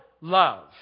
love